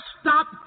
stop